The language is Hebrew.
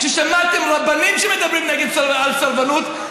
כששמעתם רבנים שמדברים על סרבנות,